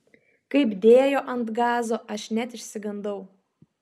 kaip dėjo ant gazo aš net išsigandau